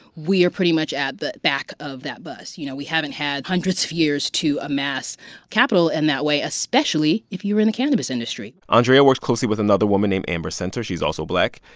we are pretty much at the back of that bus. you know, we haven't had hundreds of years to amass capital in that way, especially if you were in the cannabis industry andrea works closely with another woman named amber senter. she's also black.